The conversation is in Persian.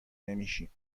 نمیشیم